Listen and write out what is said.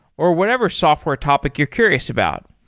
or whatever software topic you're curious about.